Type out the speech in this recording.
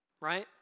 right